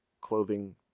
clothing